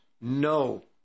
No